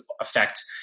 affect